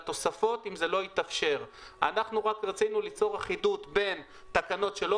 תוספות קבועות ועדת המכסות תקבע לבעל מכסה שוויתר בשנת התכנון או